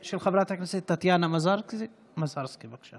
של חברת הכנסת טטיאנה מזרסקי, בבקשה.